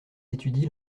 étudie